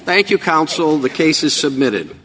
thank you counsel the case is submitted